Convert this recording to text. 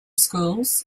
schools